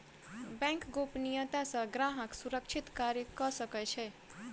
bank गोपनियता सॅ ग्राहक सुरक्षित कार्य कअ सकै छै